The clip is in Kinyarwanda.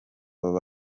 gatanu